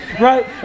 right